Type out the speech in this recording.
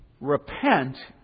Repent